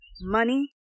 money